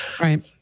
right